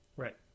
Right